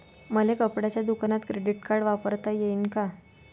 मले कपड्याच्या दुकानात क्रेडिट कार्ड वापरता येईन का?